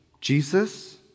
Jesus